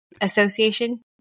Association